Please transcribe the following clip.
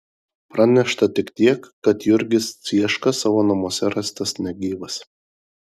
pranešta tik tiek kad jurgis cieška savo namuose rastas negyvas